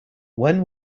when